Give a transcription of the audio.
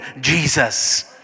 Jesus